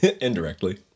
Indirectly